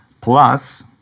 Plus